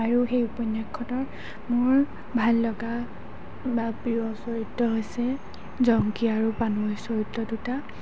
আৰু সেই উপন্যাসখনৰ মোৰ ভাল লগা বা প্ৰিয় চৰিত্ৰ হৈছে জংকী আৰু পানৈ চৰিত্ৰ দুটা